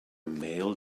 male